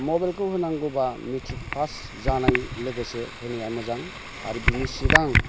मबाइलखौ होनांगौब्ला matric pass जानाय लोगोसे होनाया मोजां आरो बिनि सिगां